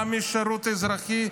גם משירות אזרחי,